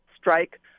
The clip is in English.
strike